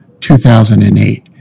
2008